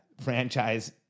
franchise